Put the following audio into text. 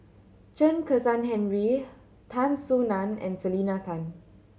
Chen Kezhan Henri Tan Soo Nan and Selena Tan